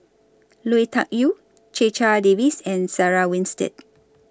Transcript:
Lui Tuck Yew Checha Davies and Sarah Winstedt